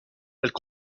elles